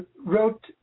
wrote